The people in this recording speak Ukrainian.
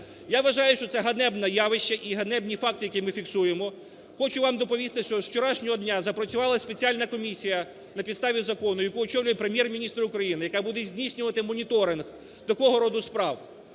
Я вважаю, що ганебне явище і ганебні факти, які ми фіксуємо. Хочу вам доповісти, що з вчорашнього дня запрацювала спеціальна комісія на підставі закону, яку очолює Прем'єр-міністр України, яка буде здійснювати моніторинг такого роду справ